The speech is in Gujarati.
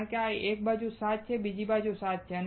કારણ કે એક બાજુ 7 છે ત્યાં બીજી બાજુ 7 છે